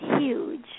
huge